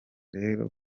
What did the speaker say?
rero